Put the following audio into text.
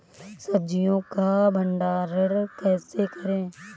सब्जियों का भंडारण कैसे करें?